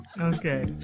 Okay